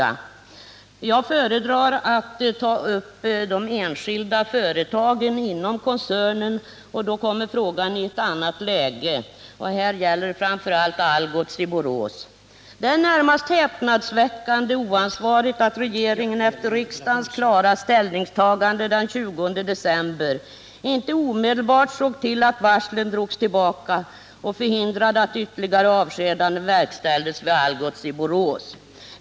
Men jag föredrar att se till de enskilda företagen inom koncernen. Då kommer frågan i ett annat läge, och vad det här gäller är framför allt Algots i Borås. Det måste anses som närmast häpnadsväckande oansvarigt att regeringen efter riksdagens klara ställningstagande den 20 december 1978 inte omedelbart såg till att varslen drogs tillbaka och förhindrade att ytterligare avskedanden verkställdes vid Algots i Borås.